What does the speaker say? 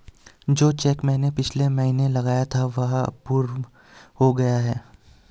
जो चैक मैंने पिछले महीना लगाया था वह अप्रूव हो गया है